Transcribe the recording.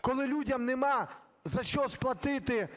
коли людям нема за що сплатити